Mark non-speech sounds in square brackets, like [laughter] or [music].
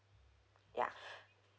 ya [breath]